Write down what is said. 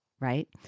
Right